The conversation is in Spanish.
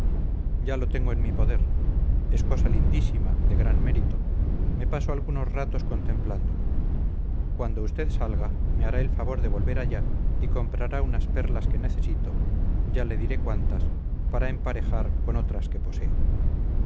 ya lo tengo en mi poder es cosa lindísima de gran mérito me paso algunos ratos contemplándolo cuando usted salga me hará el favor de volver allá y comprará unas perlas que necesito ya le diré cuántas para emparejar con otras que poseo